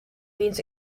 means